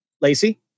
Lacey